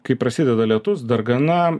kai prasideda lietus dargana